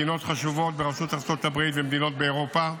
מדינות חשובות בראשות ארצות הברית ומדינות באירופה,